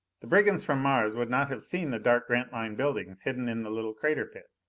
the brigands from mars would not have seen the dark grantline buildings hidden in the little crater pit.